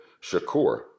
Shakur